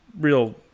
real